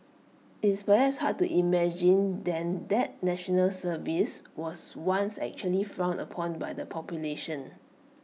it's perhaps hard to imagine then that National Service was once actually frowned upon by the population